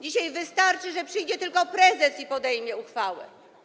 Dzisiaj wystarczy, że przyjdzie tylko prezes i podejmie uchwałę.